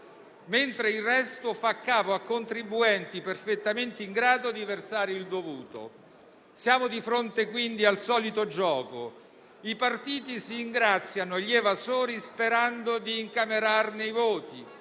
mentre il resto fa capo a contribuenti perfettamente in grado di versare il dovuto. Siamo di fronte quindi al solito gioco: i partiti si ingraziano gli evasori sperando di incamerarne i voti.